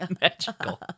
Magical